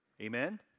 Amen